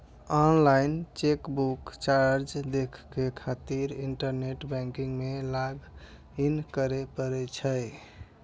online chequebook charge देखै खातिर internet banking मे लॉग इन करै पड़ै छै